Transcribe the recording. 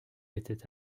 était